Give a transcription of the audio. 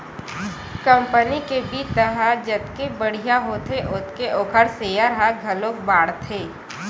company के बित्त ह जतके बड़िहा होथे ओतके ओखर सेयर ह घलोक बाड़थे